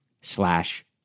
slash